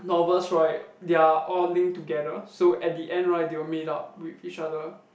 novels right they are all link together so at the end right they will meet up with each other